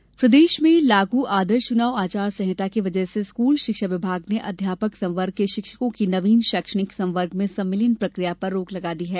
अध्यापक आदेश प्रदेश में लागू आदर्श चुनाव आचार संहिता की वजह से स्कूल शिक्षा विभाग ने अध्यापक संवर्ग के शिक्षकों की नवीन शैक्षणिक संवर्ग में संविलियन प्रक्रिया पर रोक लगा दी है